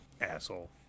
Asshole